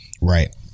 right